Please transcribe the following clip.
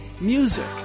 Music